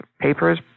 papers